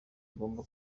agomba